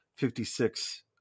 56